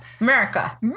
America